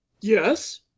Yes